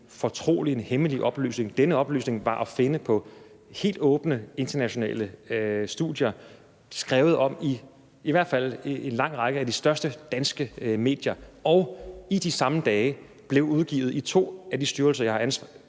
fortrolig eller hemmelig oplysning. Denne oplysning var at finde i helt åbne internationale studier, og der blev skrevet om det, i hvert fald i en lang række af de største danske medier. Og i de samme dage blev det udsendt i to af de styrelser, jeg har ansvaret